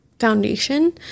foundation